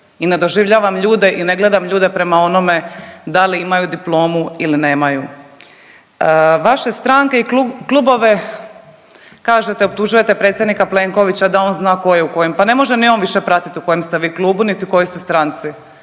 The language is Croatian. i ne doživljavam ljude i gledam ljude prema onome da li imaju diplomu ili nemaju. Vaše stranke i klubove kažete optužujete predsjednika Plenkovića da on zna ko je u kojem, pa ne može ni on više pratit u kojem ste vi klubu niti u kojoj ste stranci